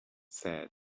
said